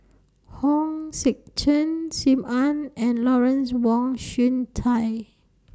Hong Sek Chern SIM Ann and Lawrence Wong Shyun Tsai